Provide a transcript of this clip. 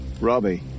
Robbie